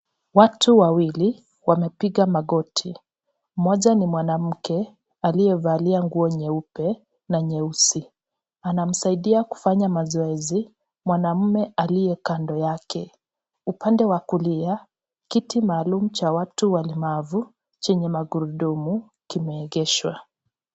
Watu wawili wamepiga magoti mmoja ni mwanamke aliyevalia nguo nyeupe na nyeusi anamsaidia kufanya mazoezi mwanaume aliye kando yake. Upande wa kulia kiti maalum cha watu walemavu chenye magurudumu kimeegeshwa .